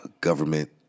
government